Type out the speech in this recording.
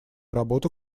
работу